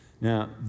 Now